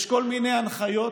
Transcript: יש כל מיני הנחיות,